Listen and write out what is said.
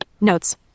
Notes